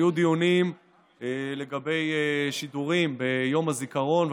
היו דיונים לגבי שידורים ביום הזיכרון,